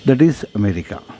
that is America